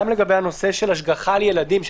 בנושא השגחה על ילדים,